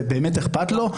ובאמת אכפת לו,